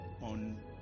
on